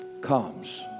comes